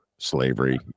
slavery